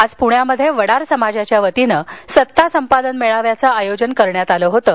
आज पुण्यात वडार समाजाच्या वतीनं सत्ता संपादन मेळाव्याचं आयोजन करण्यात आलं होतं